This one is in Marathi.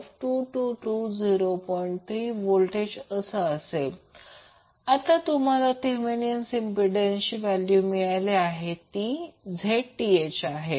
31V आता तुम्हाला थेवेनीण इम्पिडंसची व्हॅल्यू मिळाली आहे ती Zth आहे